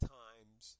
times